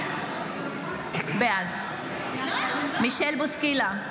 בעד מישל בוסקילה,